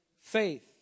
faith